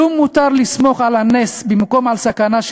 כלום מותר לסמוך על הנס במקום סכנה של